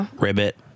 Ribbit